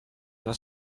was